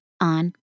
on